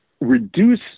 reduce